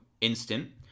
instant